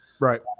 Right